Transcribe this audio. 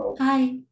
Hi